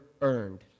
earned